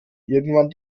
irgendwann